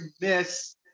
miss